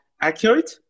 accurate